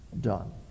done